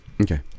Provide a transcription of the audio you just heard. Okay